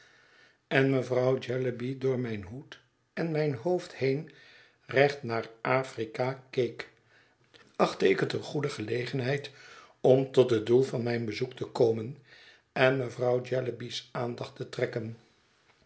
en mevrouw jellyby door mijn hoed en mijn hoofd heen recht naar afrika keek achtte ik het eene goede gelegenheid om tot het doel van mijn bezoek te komen en mevrouw jellyby's aandacht te trekken